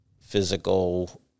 physical